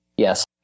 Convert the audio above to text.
Yes